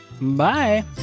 Bye